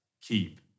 keep